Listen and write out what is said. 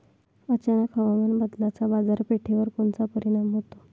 अचानक हवामान बदलाचा बाजारपेठेवर कोनचा परिणाम होतो?